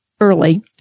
early